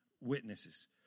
witnesses